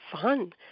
fun